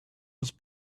was